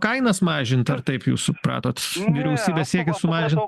kainas mažint ar taip jūs supratot vyriausybės siekia sumažint